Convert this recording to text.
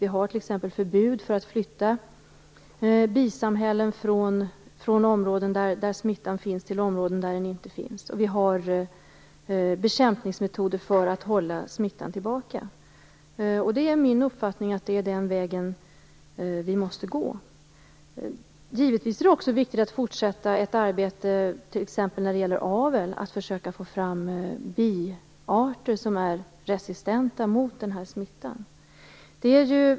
Vi har t.ex. förbud mot att flytta bisamhällen från områden där smittan finns till områden där den inte finns, och vi har bekämpningsmetoder för att hålla smittan tillbaka. Det är min uppfattning att det är den vägen vi måste gå. Givetvis är det också viktigt att fortsätta arbetet med t.ex. avel och med att försöka få fram biarter som är resistenta mot den här smittan.